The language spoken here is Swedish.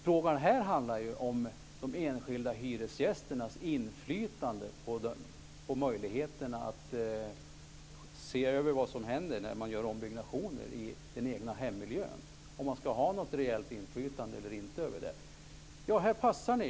Frågan här handlar ju om de enskilda hyresgästernas inflytande över vad som händer när man gör ombyggnationer i den egna hemmiljön, om man ska ha något reellt inflytande över det eller inte. Här passar ni.